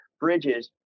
bridges